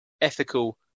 ethical